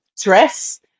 dress